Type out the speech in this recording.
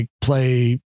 play